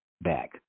back